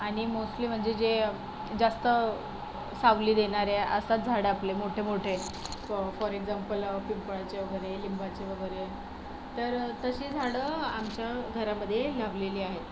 आणि मोस्टली म्हणजे जे जास्त सावली देणारे असतात झाडं आपले मोठे मोठे फॉर एक्झाम्पल पिंपळाचे वगैरे लिंबाचे वगैरे तर तशी झाडं आमच्या घरामध्ये लावलेली आहेत